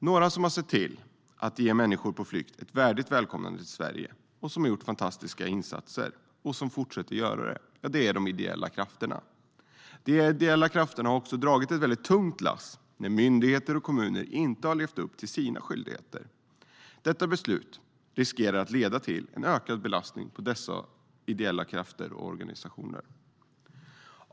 Några som har sett till att ge människor på flykt ett värdigt välkomnande till Sverige, och som har gjort fantastiska insatser och fortsätter att göra det, är de ideella krafterna. De ideella krafterna har också dragit ett väldigt tungt lass när myndigheter och kommuner inte har levt upp till sina skyldigheter. Detta beslut riskerar att leda till en ökad belastning för dessa ideella krafter och organisationer.